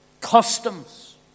customs